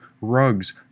rugs